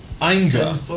anger